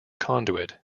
conduit